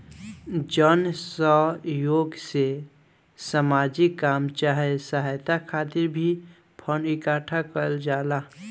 जन सह योग से सामाजिक काम चाहे सहायता खातिर भी फंड इकट्ठा कईल जाला